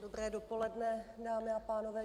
Dobré dopoledne, dámy a pánové.